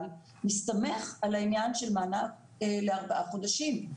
מסתמך על העניין של מענק לארבעה חודשים,